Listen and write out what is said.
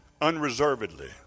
unreservedly